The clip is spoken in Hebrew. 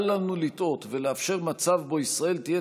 אל לנו לטעות ולאפשר מצב שבו ישראל תהיה